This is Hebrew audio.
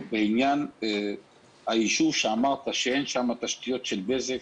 בעניין היישוב שאמרת שאין בו תשתיות של בזק